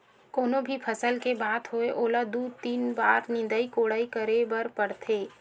कोनो भी फसल के बात होवय ओला दू, तीन बार निंदई कोड़ई करे बर परथे